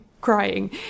crying